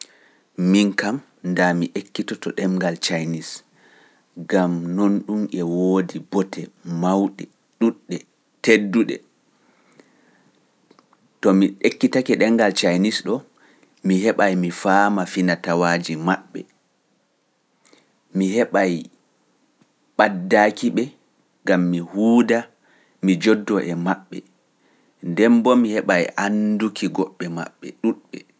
Miin kam ndaa mi ekkitoto ɗemngal Chinese, ngam nonɗum e woodi bote, mawɗe, ɗuuɗɗe, tedduɗe. To mi ekkitake ɗemngal ɗemngal Chinese ɗo'o, mi heɓay mi faama fina-tawaaji maɓɓe, mi heɓay ɓaddaaki-ɓe, ngam mi huwda mi jooddoo e maɓɓe, nden boo mi heɓay annduki goɓɓe ɗuuɓɓe